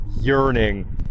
yearning